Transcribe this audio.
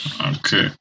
okay